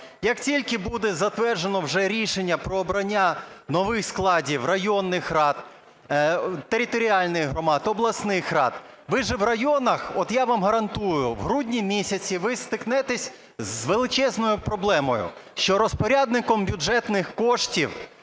Як тільки буде затверджено вже рішення про обрання нових складів районних рад, територіальних громад, обласних рад, ви ж і в районах, от я вам гарантую, в грудні місяці ви стикнетеся з величезною проблемою, що розпорядником бюджетних коштів